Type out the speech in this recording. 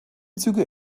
züge